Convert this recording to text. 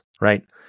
right